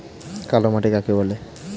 কালো মাটি কাকে বলে?